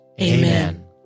Amen